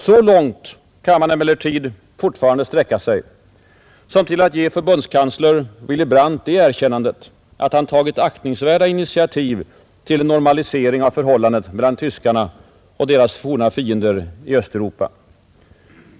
Så långt kan man emellertid fortfarande sträcka sig som till att ge förbundskansler Willy Brandt det erkännandet att han tagit aktningsvärda initiativ till en normalisering av förhållandet mellan tyskarna och deras forna fiender i Östeuropa.